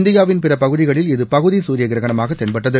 இந்தியாவின் பிற பகுதிகளில் இது பகுதி சூரிய கிரகணமாக தென்பட்டது